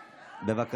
בבית,